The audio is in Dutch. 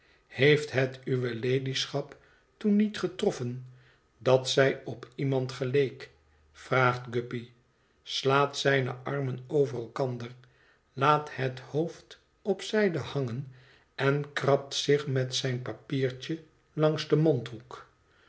heeft het uwe ladyschap toen niet getroffen dat zij op iemand geleek vraagt guppy slaat zijne armen over elkander laat het hoofd op zijde hangen en krabt zich met zijn papiertje langs den mondhoek